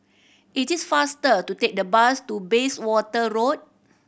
it is faster to take the bus to Bayswater Road